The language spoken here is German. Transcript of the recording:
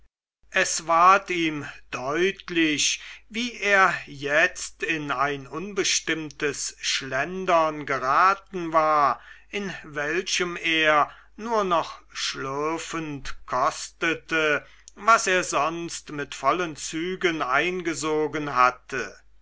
es ward ihm deutlich wie er letzt in ein unbestimmtes schlendern geraten war in welchem er nur noch schlürfend kostete was er sonst mit vollen zügen eingesogen hatte